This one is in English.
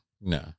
No